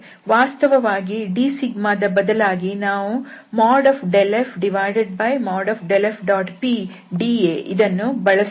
ವಾಸ್ತವವಾಗಿ ಈ d ದ ಬದಲಾಗಿ ನಾವು ∇f∇f⋅pdA ಇದನ್ನು ಬಳಸುತ್ತೇವೆ